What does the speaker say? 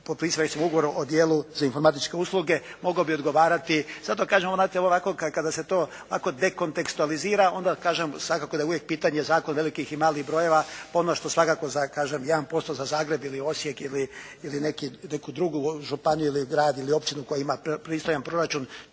razumije./… ugovoru o djelu za informatičke usluge mogao bi odgovarati. Zato kažem, kada se to ovako dekontekstualizira onda kažem svakako da je uvijek pitanje Zakon velikih i malih brojeva. Ono što svakako kažem jedan posto za Zagreb ili Osijek ili neku drugu županiju ili grad ili općinu koja ima pristojan proračun